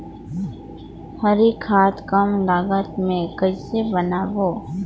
हरी खाद कम लागत मे कइसे बनाबो?